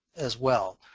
as well.